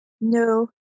No